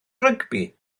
rygbi